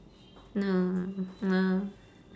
no no